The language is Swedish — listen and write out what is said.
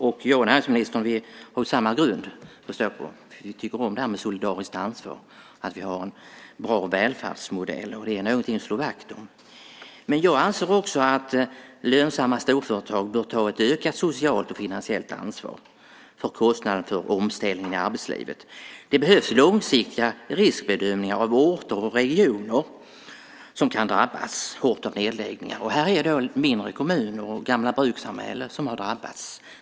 Och jag och näringsministern har samma grund att stå på, för vi tycker om det här med solidariskt ansvar och slår vakt om en bra välfärdsmodell. Men jag anser också att lönsamma storföretag bör ta ett ökat socialt ansvar och ett finansiellt ansvar för kostnader för omställningar i arbetslivet. Det behövs långsiktiga riskbedömningar av vilka orter och regioner som kan drabbas hårt av nedläggningar. Här är det mindre kommuner och gamla brukssamhällen som har drabbats.